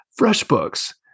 FreshBooks